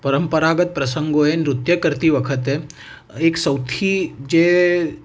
પરંપરાગત પ્રસંગો એ નૃત્ય કરતી વખતે એક સૌથી જે